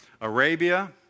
Arabia